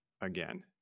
again